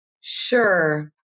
Sure